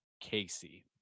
Casey